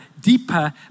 deeper